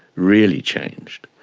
really changed.